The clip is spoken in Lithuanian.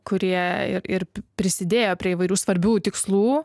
kurie ir ir prisidėjo prie įvairių svarbių tikslų